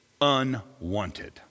unwanted